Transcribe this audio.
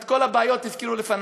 כי את כל הבעיות הזכירו לפני,